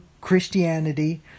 Christianity